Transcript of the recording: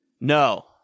no